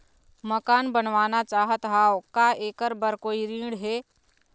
मकान बनवाना चाहत हाव, का ऐकर बर कोई ऋण हे?